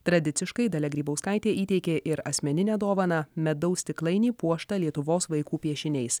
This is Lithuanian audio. tradiciškai dalia grybauskaitė įteikė ir asmeninę dovaną medaus stiklainį puoštą lietuvos vaikų piešiniais